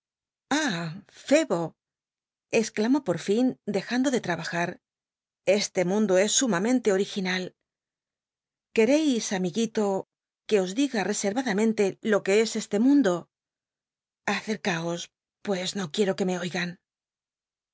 exclamó por lin flrjnndo de trabajar este mundo es sumamente ol'i inal ljucrcis amiguito que os diga rescnadamcntc lo que es este mundo acci'caos pues no quici'o que me oigan